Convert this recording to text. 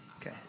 Okay